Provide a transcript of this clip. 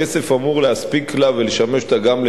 הכסף אמור להספיק לה ולשמש אותה גם,